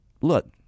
look